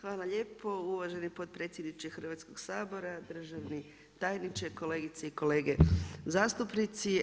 Hvala lijepo uvaženi potpredsjedniče Hrvatskog sabora, državni tajniče, kolegice i kolege zastupnici.